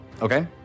Okay